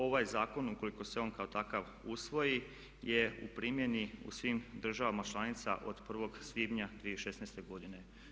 Ovaj zakon ukoliko se on kao takav usvoji je u primjeni u svim državama članicama od 1.svibnja 2016.godine.